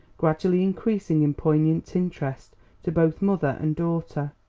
gradually increasing in poignant interest to both mother and daughter.